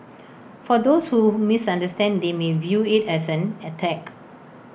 for those who misunderstand they may view IT as an attack